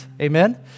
Amen